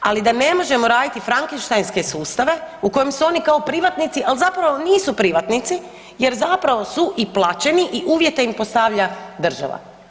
Ali da ne možemo raditi frankensteinske sustave u kojem su oni kao privatnici, ali zapravo nisu privatnici jer zapravo su i plaćeni i uvjete im postavlja država.